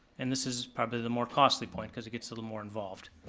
and this is probably the more costly point, because it gets a little more involved.